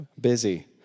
Busy